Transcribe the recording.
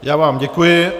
Já vám děkuji.